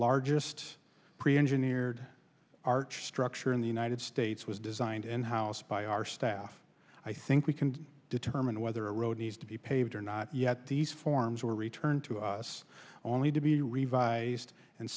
largest pre engineered arched structure in the united states was designed in house by our staff i think we can determine whether a road needs to be paved or not yet these forms were returned to us only to be revised and